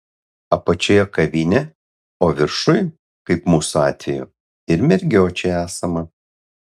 apačioje kavinė o viršuj kaip mūsų atveju ir mergiočių esama